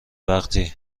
وقتی